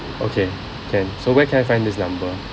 okay can so where can I find this number